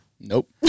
Nope